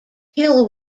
hill